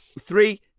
three